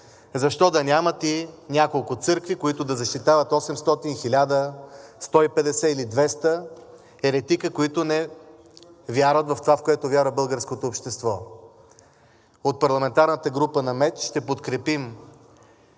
защо да нямат и няколко църкви, които да защитават 800, 1000, 150 или 200 еретици, които не вярват в това, в което вярва българското общество. От парламентарната група на МЕЧ ще подкрепим